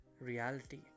reality